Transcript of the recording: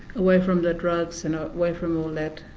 away from the drugs and ah away from all that,